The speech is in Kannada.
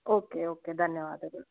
ಓಕೆ ಓಕೆ ಧನ್ಯವಾದಗಳು